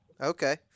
okay